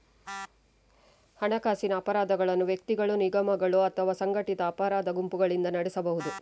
ಹಣಕಾಸಿನ ಅಪರಾಧಗಳನ್ನು ವ್ಯಕ್ತಿಗಳು, ನಿಗಮಗಳು ಅಥವಾ ಸಂಘಟಿತ ಅಪರಾಧ ಗುಂಪುಗಳಿಂದ ನಡೆಸಬಹುದು